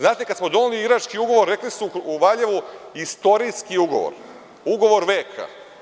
Znate, kada smo doneli irački ugovor, rekli su u Valjevu – istorijski ugovor, ugovor veka.